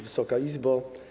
Wysoka Izbo!